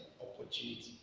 opportunity